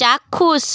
চাক্ষুষ